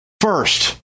first